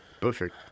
Perfect